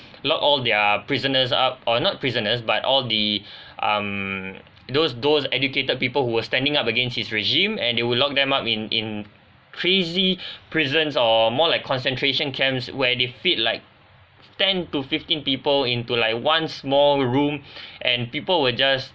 lock all their prisoners up or not prisoners but all the um those those educated people who were standing up against his regime and they will lock them in in crazy prisons or more like concentration camps where they fit like ten to fifteen people into like one small room and people were just